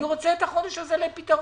אני רוצה את החודש הזה לפתרון.